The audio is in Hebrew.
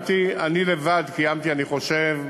אני לבד קיימתי, אני חושב,